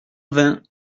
vingt